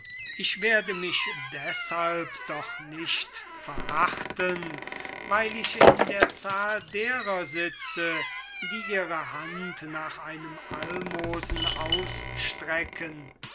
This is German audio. ich werde mich deshalb doch nicht verachten weil ich in der zahl derer sitze die ihre hand nach einem almosen ausstrecken